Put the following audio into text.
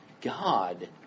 God